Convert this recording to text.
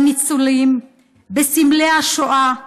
בניצולים, בסמלי השואה,